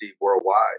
worldwide